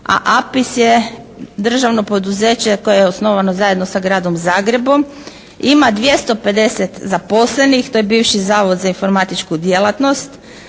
a APIS je državno poduzeće koje je osnovano zajedno sa gradom Zagrebom. Ima 250 zaposlenih, to je bivši Zavod za informatičku djelatnost,